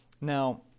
Now